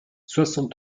soixante